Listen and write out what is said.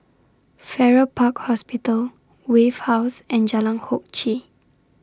Farrer Park Hospital Wave House and Jalan Hock Chye